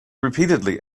repeatedly